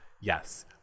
Yes